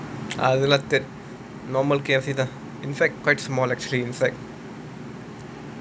அவங்கள:avangala normal cafe ah in fact quite small actually in fact